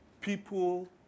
people